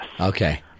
Okay